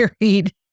married